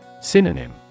Synonym